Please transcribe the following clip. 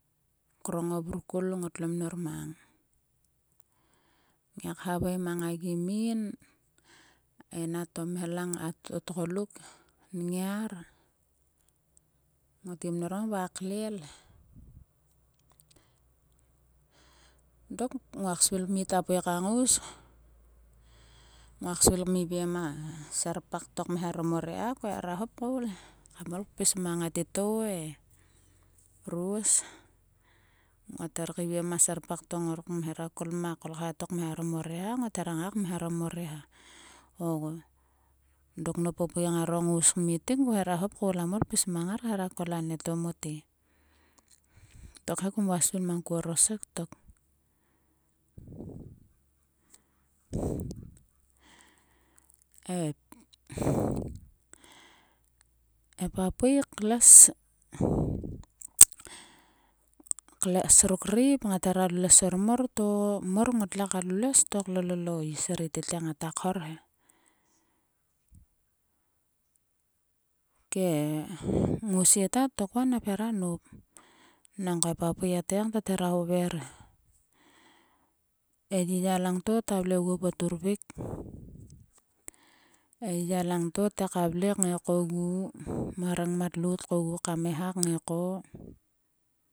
Krong o vurkul ngotlo mnor mang. Ngiak havei mang a gim min en a tomhelang o tgotluk. Ngiar ngotgi mnor mang va a klel he. Dok nguak svil kmit a pui ka ngous. Nguak svil kmiviem a serpak to kme harom o reha ko hera hop koul he. Kam ol pis mang e titou e ros. Ngot her keiviem a serpakto mor kam hera kol ma kolkha to kmharom o reha. O dok nop o pui ngaro ngous kmit ki ngoaehera hop koul kam pis mang ngar kol anieto mote. Tokhe kum vua svil mang ko orosek tok. E. e papui kles. Kles ruk rreip ngat hera llues ormor to mor ngotle ka llues to klolo o is ri tete ngata khor he. Ke ngousie ta tok va nap hera nop. Nangko e papui atgiang thera hover he. E yiya langto ta vle oguon poturvik. E yiya langto ta vle kngai kogu ma rengmat lout kam ngai kaeha kngai ko.